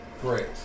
great